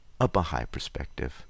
Abahaiperspective